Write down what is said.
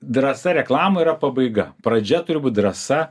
drąsa reklamų yra pabaiga pradžia turi būt drąsa